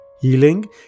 Healing